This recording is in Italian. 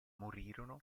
morirono